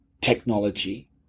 technology